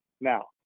Now